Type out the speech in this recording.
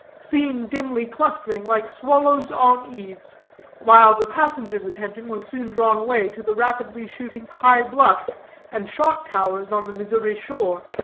seen dimly clustering like swallows on eaves while the passengers' attention was soon drawn away to the rapidly shooting high bluffs and shot-towers on the missouri shore,